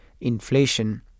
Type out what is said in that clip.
inflation